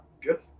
good